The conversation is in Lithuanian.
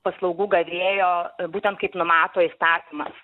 paslaugų gavėjo būtent kaip numato įstatymas